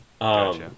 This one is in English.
Gotcha